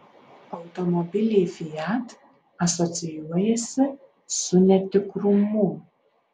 automobiliai fiat asocijuojasi su netikrumu